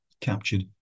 captured